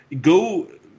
go